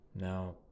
Now